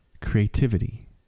creativity